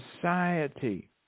society